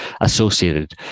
associated